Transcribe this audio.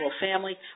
family